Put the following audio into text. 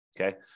okay